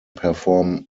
perform